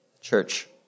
Church